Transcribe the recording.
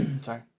sorry